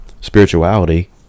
spirituality